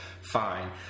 fine